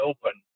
Open